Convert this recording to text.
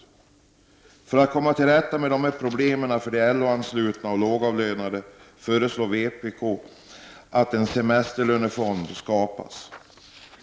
För att man skall komma till rätta med dessa problem för de LO-anslutna och lågavlönade föreslår vpk att en semesterlönefond skapas.